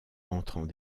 rentrant